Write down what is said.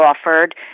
offered